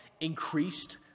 increased